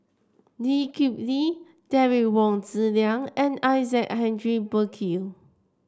Lee Kip Lee Derek Wong Zi Liang and Isaac Henry Burkill